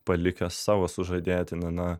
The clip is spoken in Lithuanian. palikęs savo sužadėtinį na